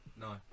No